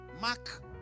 Mark